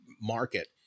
market